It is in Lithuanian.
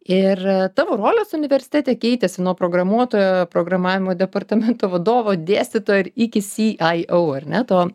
ir tavo rolės universitete keitėsi nuo programuotojo programavimo departamento vadovo dėstytojo ir iki si ai au ar ne to